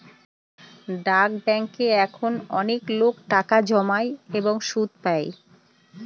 ডাক ব্যাঙ্কে এখন অনেকলোক টাকা জমায় এবং সুদ পাই